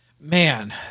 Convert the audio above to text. man